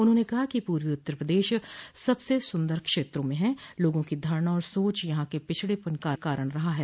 उन्होंने कहा कि पूर्वी उत्तर प्रदेश सबसे सुन्दर क्षेत्रों में हैं लोगों की धारणा और सोच यहां के पिछड़ेपन का कारण रहा है